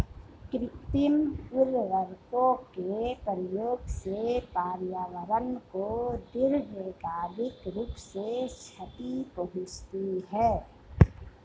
कृत्रिम उर्वरकों के प्रयोग से पर्यावरण को दीर्घकालिक रूप से क्षति पहुंचती है